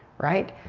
right?